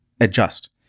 adjust